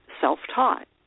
self-taught